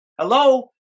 hello